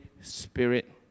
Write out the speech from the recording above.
Spirit